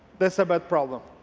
that's a bad problem.